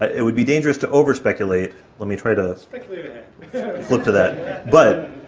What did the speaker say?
it would be dangerous to overspeculate. let me try to speculate ahead! flip to that but,